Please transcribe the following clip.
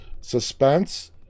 suspense